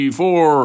four